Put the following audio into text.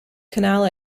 canal